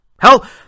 Hell